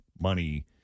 money